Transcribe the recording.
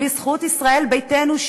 בזכות ישראל ביתנו,